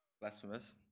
Blasphemous